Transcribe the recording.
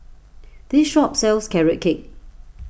this shop sells Carrot Cake